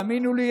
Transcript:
תאמינו לי,